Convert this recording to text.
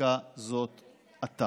בחקיקה הזאת עתה.